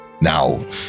Now